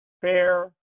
fair